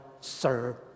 serve